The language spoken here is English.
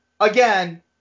Again